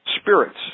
spirits